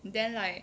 then like